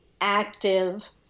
active